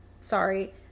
Sorry